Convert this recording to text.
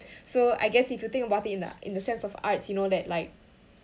so I guess if you think about the in th~ in the sense of arts you know that like